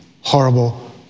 horrible